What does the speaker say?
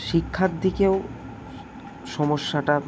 শিক্ষার দিকেও সমস্যাটা